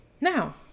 now